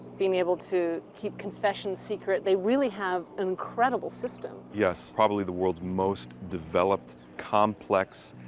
being able to keep confessions secret, they really have an incredible system. yes, probably the world's most developed, complex,